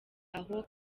aho